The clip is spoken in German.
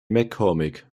maccormick